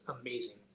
amazing